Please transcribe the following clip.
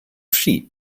sheep